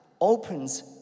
opens